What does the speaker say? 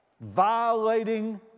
violating